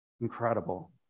incredible